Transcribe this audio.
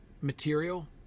material